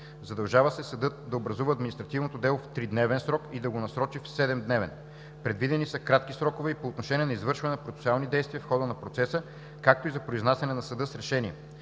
Задължава се съдът да образува административното дело в тридневен срок и да го насрочи в седемдневен. Предвидени са кратки срокове и по отношение на извършване на процесуални действия в хода на процеса, както и за произнасяне на съда с решение.